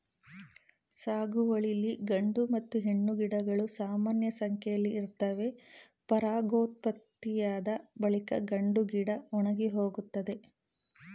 ಸಾಗುವಳಿಲಿ ಗಂಡು ಮತ್ತು ಹೆಣ್ಣು ಗಿಡಗಳು ಸಮಾನಸಂಖ್ಯೆಲಿ ಇರ್ತವೆ ಪರಾಗೋತ್ಪತ್ತಿಯಾದ ಬಳಿಕ ಗಂಡುಗಿಡ ಒಣಗಿಹೋಗ್ತದೆ